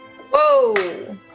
Whoa